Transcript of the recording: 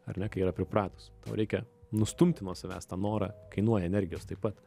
ar ne kai yra pripratus tau reikia nustumti nuo savęs tą norą kainuoja energijos taip pat